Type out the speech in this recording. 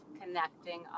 connecting